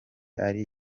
ari